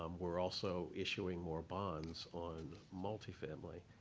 um we're also issuing more bonds on multifamily.